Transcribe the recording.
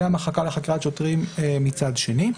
והמחלקה לחקירת שוטרים מצד שני.